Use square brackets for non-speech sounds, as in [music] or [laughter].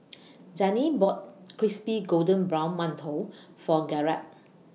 [noise] Zane bought Crispy Golden Brown mantou For Garett